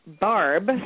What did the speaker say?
Barb